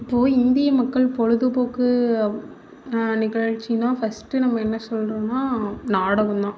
இப்போது இந்திய மக்கள் பொழுதுபோக்கு நிகழ்ச்சினால் ஃபஸ்டு என்ன சொல்கிறோம்னா நாடகம் தான்